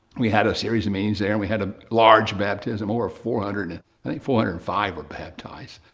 we had a series of meetings there and we had a large baptism over four hundred, and i think four hundred and five were baptized.